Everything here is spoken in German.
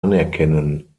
anerkennen